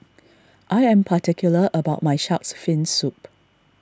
I am particular about my Shark's Fin Soup